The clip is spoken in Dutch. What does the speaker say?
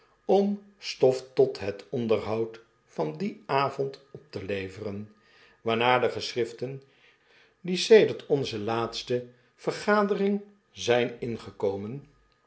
om stof tot het onderhoud van dien avond op te leveren waarna de geschriften die sedert onze laatste vergadering zijn ingekomen